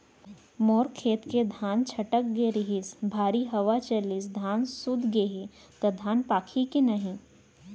मोर खेत के धान छटक गे रहीस, भारी हवा चलिस, धान सूत गे हे, त धान पाकही के नहीं?